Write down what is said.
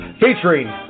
featuring